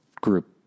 group